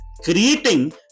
Creating